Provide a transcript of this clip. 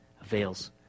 avails